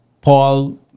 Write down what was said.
Paul